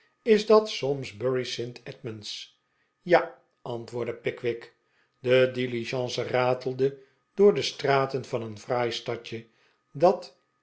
is dat s'oms bury st edmunds ja antwoordde pickwick de diligence ratelde door de straten van een fraai stadje dat